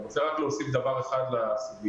אני רוצה להוסיף דבר אחד לסוגיה,